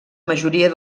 majoria